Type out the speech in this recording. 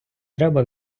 треба